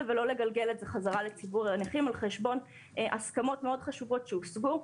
ולא לגלגל את זה חזרה לציבור הנכים על חשבון הסכמות מאוד חשובות שהושגו.